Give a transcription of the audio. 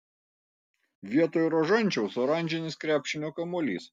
vietoj rožančiaus oranžinis krepšinio kamuolys